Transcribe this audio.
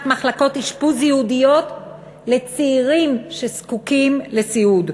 מחלקות אשפוז ייעודיות לצעירים שזקוקים לסיעוד.